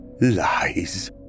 Lies